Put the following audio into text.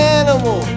animal